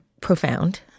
profound